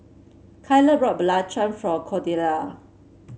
Kyler brought belacan for Cordella